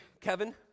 Kevin